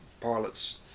pilots